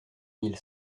mille